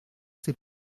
ses